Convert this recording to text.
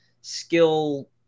skill